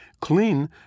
Clean